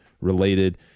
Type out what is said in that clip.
related